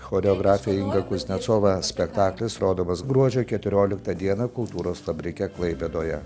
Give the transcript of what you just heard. choreografė inga kuznecova spektaklis rodomas gruodžio keturioliktą dieną kultūros fabrike klaipėdoje